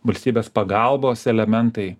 valstybės pagalbos elementai